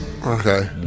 Okay